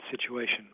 situation